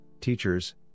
teachers